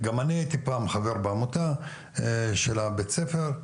גם אני הייתי פעם חבר בעמותה של בית הספר,